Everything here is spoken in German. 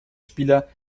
spieler